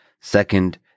Second